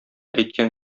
әйткән